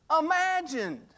imagined